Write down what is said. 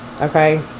okay